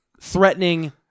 Threatening